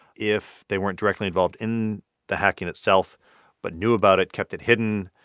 if they weren't directly involved in the hacking itself but knew about it, kept it hidden,